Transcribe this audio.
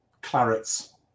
Clarets